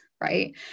right